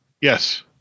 Yes